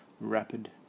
rapid